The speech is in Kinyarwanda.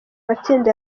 matsinda